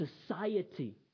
society